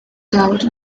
doubt